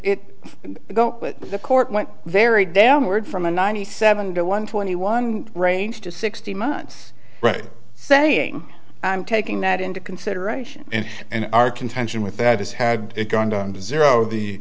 go but the court went very downward from a ninety seven to one twenty one range to sixty months right saying i'm taking that into consideration in our contention with that is had it gone down to zero the